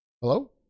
Hello